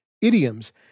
idioms